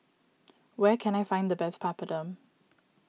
where can I find the best Papadum